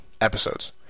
episodes